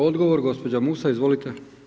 Odgovor gospođa Musa, izvolite.